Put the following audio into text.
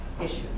issues